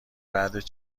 بعد